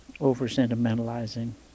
over-sentimentalizing